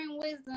Wisdom